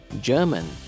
German